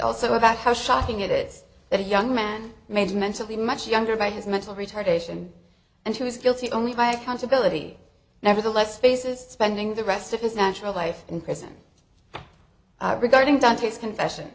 also about how shocking it is that a young man made mentally much younger by his mental retardation and who is guilty only by accountability nevertheless faces spending the rest of his natural life in prison regarding doctors confession